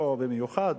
לא במיוחד,